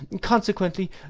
consequently